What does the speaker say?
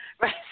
right